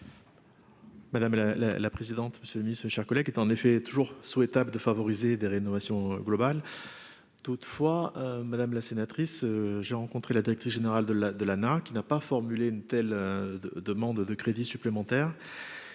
la la la présidente, monsieur le ministre, chers collègues, qui est en effet toujours souhaitable de favoriser des rénovations globales toutefois madame la sénatrice, j'ai rencontré la directrice générale de la, de l'qui n'a pas formulé une telle demande de crédits supplémentaires